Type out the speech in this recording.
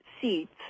seats